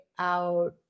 out